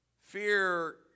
Fear